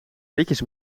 ritjes